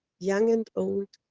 young and old,